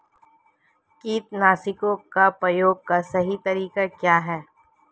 कीटनाशकों के प्रयोग का सही तरीका क्या है?